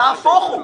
נהפוך הוא,